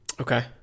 okay